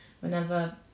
whenever